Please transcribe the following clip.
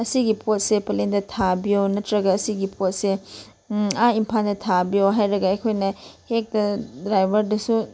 ꯑꯁꯤꯒꯤ ꯄꯣꯠꯁꯦ ꯄꯂꯦꯜꯗ ꯊꯥꯕꯤꯌꯣ ꯅꯠꯇ꯭ꯔꯒ ꯑꯁꯤꯒꯤ ꯄꯣꯠꯁꯦ ꯑꯥ ꯏꯝꯐꯥꯜꯗ ꯊꯥꯕꯤꯌꯣ ꯍꯥꯏꯔꯒ ꯑꯩꯈꯣꯏꯅ ꯍꯦꯛꯇ ꯗ꯭ꯔꯥꯏꯕꯔꯗꯁꯨ